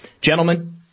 Gentlemen